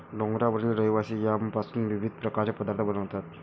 डोंगरावरील रहिवासी यामपासून विविध प्रकारचे पदार्थ बनवतात